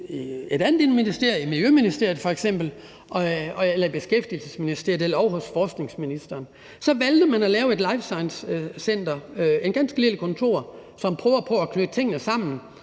et andet ministerie, f.eks. i Miljøministeriet eller i Beskæftigelsesministeriet eller ovre hos forskningsministeren. Så valgte man at lave et lifesciencecenter, et ganske lille kontor, hvor man prøver på at knytte tingene sammen